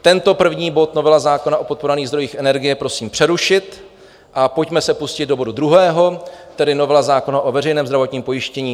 Tento první bod, novela zákona o podporovaných zdrojích energie, prosím přerušit a pojďme se pustit do bodu druhého, tedy novela zákona o veřejném zdravotním pojištění.